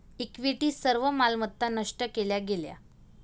equity सर्व मालमत्ता नष्ट केल्या गेल्या